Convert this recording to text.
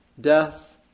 death